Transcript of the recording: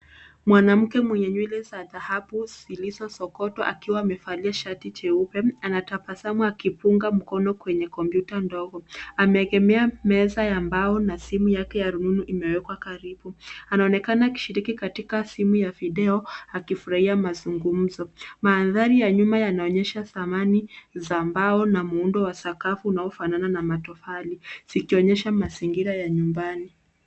Mwanamke mwenye nywele za dhahabu zilizo sokotwa akiwa amevalia shati jeupe, anatabasamu akifunga mkono kwenye kompyuta ndogo. Ameegemea meza ya mbao na simu yake ya rununu imekwa karibu. Anaonekana akishiriki katika simu ya video akifurahia mazungumzo. Maandari ya nyuma yanaonyesha zamani za mbao na muundo wa sakafu unaofanana na motafali zikionyesha mazingira nyumbani.